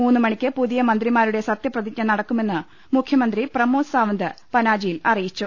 മൂന്നുമണിക്ക് പുതിയ മന്ത്രിമാരുടെ സത്യപ്രതിജ്ഞ നടക്കുമെന്ന് മുഖ്യമന്ത്രി പ്രമോദ് സാവന്ത് പനാജിയിൽ അറിയിച്ചു